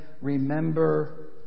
remember